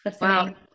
wow